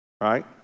right